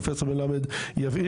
פרופ' מלמד יבהיר,